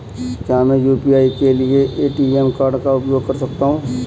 क्या मैं यू.पी.आई के लिए ए.टी.एम कार्ड का उपयोग कर सकता हूँ?